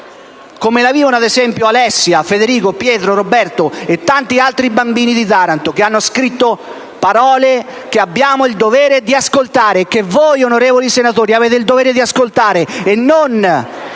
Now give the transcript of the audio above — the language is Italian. Come la vivono ad esempio Alessia, Federica, Pietro, Roberto e tanti altri bambini di Taranto, che hanno scritto parole che abbiamo il dovere di ascoltare, che voi, onorevoli senatori, avete il dovere di ascoltare e non